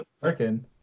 working